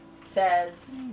says